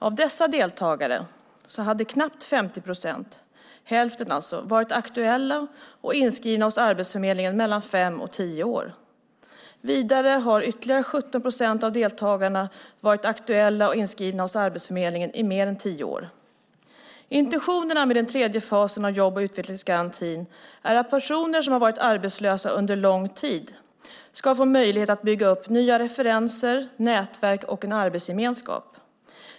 Av dessa deltagare har knappt 50 procent varit aktuella och inskrivna hos Arbetsförmedlingen mellan fem och tio år. Vidare har ytterligare 17 procent av deltagarna varit aktuella och inskrivna hos Arbetsförmedlingen i mer än tio år. Intentionen med den tredje fasen av jobb och utvecklingsgarantin är att personer som har varit arbetslösa under lång tid ska få möjlighet att bygga upp nya referenser, nätverk och en arbetsgemenskap.